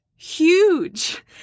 Huge